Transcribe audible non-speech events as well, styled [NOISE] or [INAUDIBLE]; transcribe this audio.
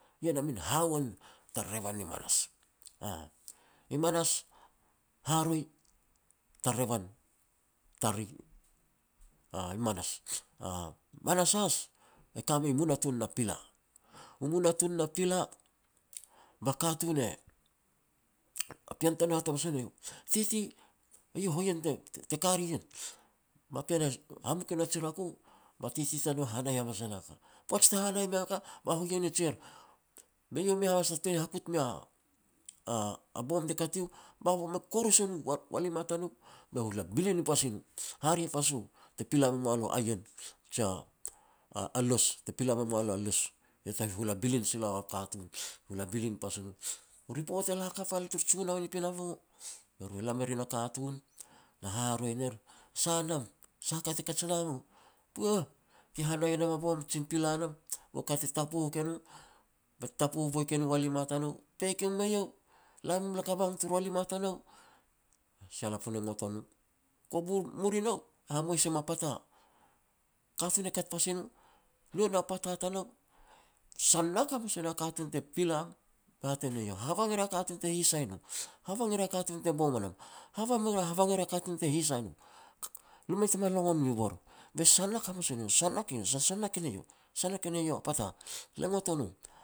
Ien a min hahuan tara revan ni manas, aah. I manas haroi tara revan tara [HESITATION] I manas has e ka mei u munatun na pila. U munatun na pila, be katun e [UNINTELLIGIBLE] a pean tanou e hat hamas e ne nou, "Titi eiau hohien te-te kar ien", ba pean e hamuk e na ji rako, ba titi tanou e hanai hamas e na ka. Poaj te hanai meiau a ka, ba hohien e jier, be iau mei has ta tun ni hakut mea a bom te kat iu, ba bom e kurus e no walima tanou, be hula bilin pasi no. Hare pas u te pila me moa lu a ien jia a luas, te pila me moa lu a luas. Iau te hula bilin sila u a katun hula bilin pasi no. U ripot e la hakap al turu junoun ni pinapo, be ru e la me rin a katun, na haroi ner, "Sa nam, sah a ka te kat sila u", puh!, ke hanai e nam a bom, jin pila nam ba ka te tapooh ke no bet tapooh boi ke nu walima tanou." "Peik e mum eiau, la mum la ka bang turu walima tanou", ba sia lapun e ngot o no, kovi muri nou, hamous em a pata. Katun e kat pasi no, lu e na pata tanou, sanak hamas e na katun te pilam be hat e ne iau, "Habang e ria katun te hisai no, habang e ria katun te bom o no, habang [HESITATION] e ria katun te hisai no, [HESITATION] lo mu mei tama longon miu bor. Be sanak hamas e ne iau, sanak iu, sansanak e ne iau, sanak e ne iau a pata. Le ngot o nom